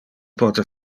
pote